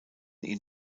ihn